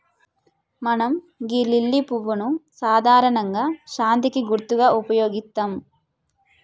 మనం గీ లిల్లీ పువ్వును సాధారణంగా శాంతికి గుర్తుగా ఉపయోగిత్తం